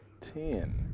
ten